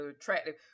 attractive